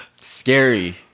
Scary